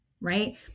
right